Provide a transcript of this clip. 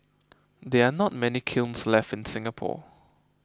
there not many kilns left in Singapore